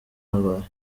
abahe